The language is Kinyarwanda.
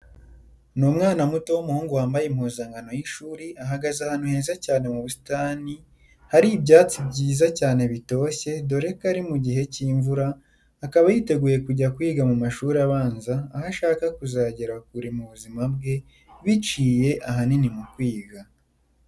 Ni umwana muto w'umuhungu wambaye impuzankano y'ishuri, ahagaze ahantu heza cyane mu busitani hari ibyatsi byiza cyane bitoshye dore ko ari mu gihe cy'imvura, akaba yiteguye kujya kwiga mu mashuri abanza aho ashaka kuzagera kure mu buzima bwe biciye ahanini mu kwiga.